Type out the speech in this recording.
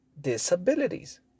disabilities